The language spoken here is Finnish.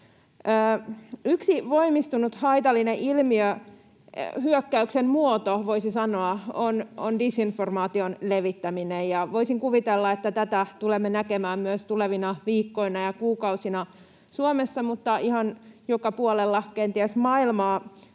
Yksi voimistunut haitallinen ilmiö, voisi sanoa hyökkäyksen muoto, on disinformaation levittäminen, ja voisin kuvitella, että tätä tulemme näkemään myös tulevina viikkoina ja kuukausina Suomessa ja kenties ihan joka puolella maailmaa.